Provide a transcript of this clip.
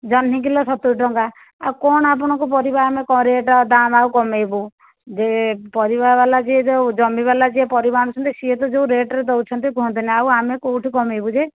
ଜହ୍ନି କିଲୋ ସତୁରିଟଙ୍କା ଆଉ କ'ଣ ଆପଣଙ୍କୁ ପରିବା ଆମେ ରେଟ୍ ଦାମ୍ ଆଉ କମାଇବୁ ଯେ ପରିବାଵାଲା ଯିଏ ଯେଉଁ ଜମିଵାଲା ଯିଏ ପରିବା ଆଣୁଛନ୍ତି ସିଏ ତ ଯେଉଁ ରେଟ୍ ରେ ଦେଉଛନ୍ତି କୁହନ୍ତୁନି ଆଉ ଆମେ କେଉଁଠୁ କମାଇବୁ ଯେ